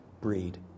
breed